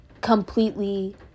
completely